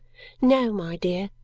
no, my dear,